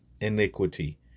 iniquity